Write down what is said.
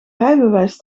rijbewijs